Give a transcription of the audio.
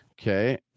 Okay